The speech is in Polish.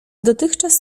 dotychczas